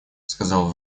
сказал